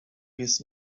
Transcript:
jest